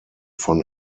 von